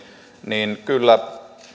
niin kyllä